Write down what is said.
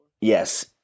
yes